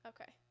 Okay